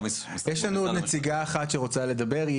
יש לנו עוד נציגה אחת שרוצה לדבר.